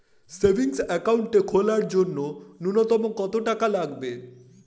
Savings account খোলার জন্য নূন্যতম কত টাকা লাগবে?